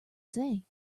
say